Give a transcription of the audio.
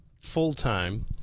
Full-time